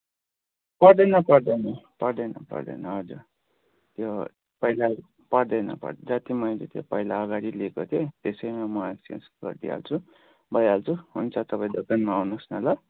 पर्दैन पर्दैन हजुर त्यो पहिला पर्दैन पर्दैन जति मैले चाहिँ पहिला अगाडि लिएको थिए त्यसैमा म एक्सचेन्ज गरिदिइहाल्छु भइहाल्छ हुन्छ तपाईँ दोकानमा आउनुहोस् न ल